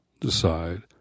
decide